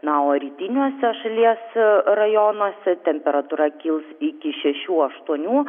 na o rytiniuose šalies rajonuose temperatūra kils iki šešių aštuonių